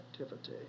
activity